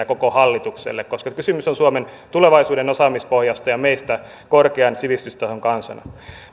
koko hallitukselle koska kysymys on suomen tulevaisuuden osaamispohjasta ja meistä korkean sivistystason kansana